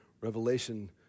Revelation